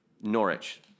Norwich